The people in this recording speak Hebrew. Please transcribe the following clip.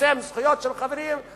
שמצמצם זכויות של חברים אחרים,